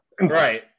Right